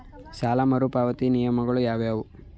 ಸಾಲ ಮರುಪಾವತಿಯ ನಿಯಮಗಳು ಯಾವುವು?